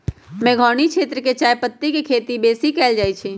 मेघौनी क्षेत्र में चायपत्ति के खेती बेशी कएल जाए छै